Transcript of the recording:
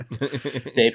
Dave